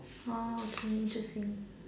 okay interesting